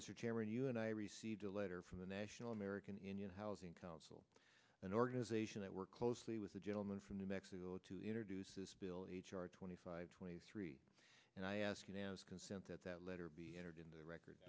mr chairman you and i received a letter from the national american indian housing council an organization that works closely with the gentleman from new mexico to introduce this bill h r twenty five twenty three and i ask unanimous consent that that letter be entered into the record